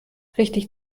richtig